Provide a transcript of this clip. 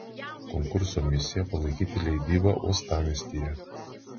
konkurso misija palaikyti leidybą uostamiestyje